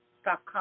stop